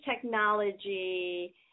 technology